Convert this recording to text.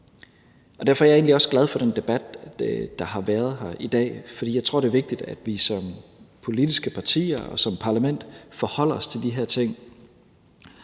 derfor er jeg egentlig også glad for den debat, der har været i dag, for jeg tror, det er vigtigt, at vi som politiske partier og som parlament forholder os til de her ting,